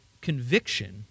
conviction